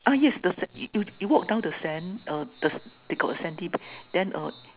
uh yes the sand you you walk down the sand uh this they got a sandy bay then uh